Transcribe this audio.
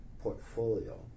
portfolio